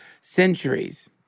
centuries